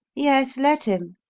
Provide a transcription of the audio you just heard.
yes, let him,